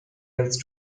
else